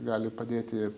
gali padėti